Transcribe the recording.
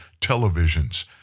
televisions